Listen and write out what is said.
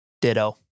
Ditto